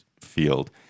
field